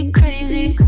crazy